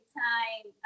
time